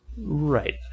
Right